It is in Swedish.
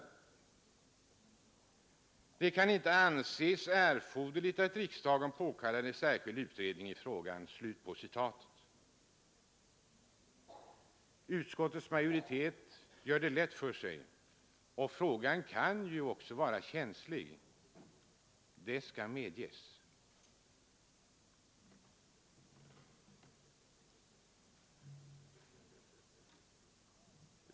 Det kan inte anses erforderligt att riksdagen påkallar en särskild utredning i frågan.” Utskottets majoritet gör det synnerligen lätt för sig. Frågan kan ju vara känslig, det skall medges.